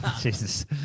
jesus